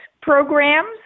programs